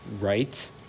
right